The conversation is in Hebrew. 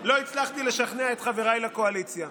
לא הצלחתי לשכנע את חבריי לקואליציה.